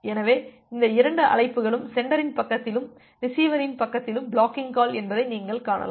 எனவே இந்த இரண்டு அழைப்புகளும் சென்டரின் பக்கத்திலும் ரிசீவரின் பக்கத்திலும் பிளாக்கிங் கால் என்பதை நீங்கள் காணலாம்